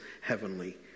heavenly